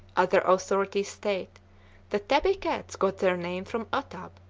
other authorities state that tabby cats got their name from atab,